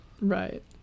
Right